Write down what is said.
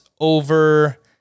over